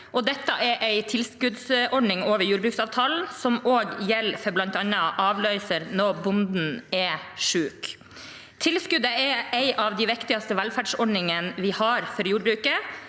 dette er en tilskuddsordning over jordbruksavtalen som også gjelder for bl.a. avløser når bonden er syk. Tilskuddet er en av de viktigste velferdsordningene vi har for jordbruket,